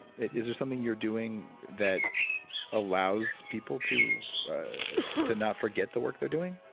is there something you're doing that allows people to to not forget the work they're doing?